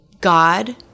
God